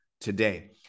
today